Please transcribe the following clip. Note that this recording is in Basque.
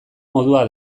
modua